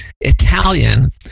Italian